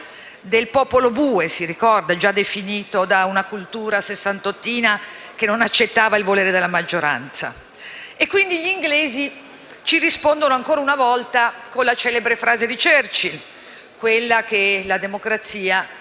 del popolo bue, definito da una cultura sessantottina che non accettava il volere della maggioranza. Quindi, i britannici ci rispondono ancora una volta con la celebre frase di Churchill, quella per cui la democrazia